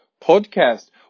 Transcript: podcast